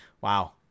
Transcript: wow